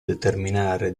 determinare